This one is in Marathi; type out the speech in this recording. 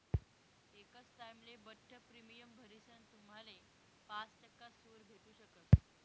एकच टाइमले बठ्ठ प्रीमियम भरीसन तुम्हाले पाच टक्का सूट भेटू शकस